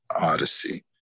odyssey